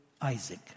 Isaac